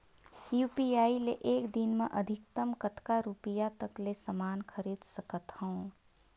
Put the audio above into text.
UPI ले एक दिन म अधिकतम कतका रुपिया तक ले समान खरीद सकत हवं?